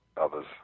others